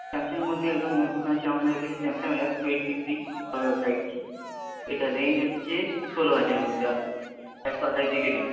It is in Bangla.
স্যামসং হচ্ছে একদম নতুন আছে আমাদের কাছে Samsung S twenty three for five G এটার রেঞ্জ হচ্ছে ষোলো হাজারের মধ্যে একশো আঠাশ জি বি র্যাম